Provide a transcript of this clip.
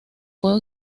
puede